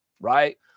right